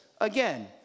Again